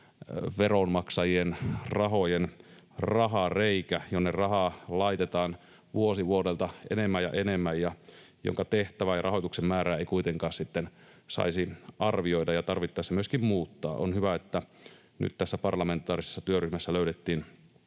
veronmaksajien rahareikä, jonne rahaa laitetaan vuosi vuodelta enemmän ja enemmän, ja jonka tehtävää ja rahoituksen määrää ei kuitenkaan sitten saisi arvioida ja tarvittaessa myöskin muuttaa. On hyvä, että nyt tässä parlamentaarisessa työryhmässä löydettiin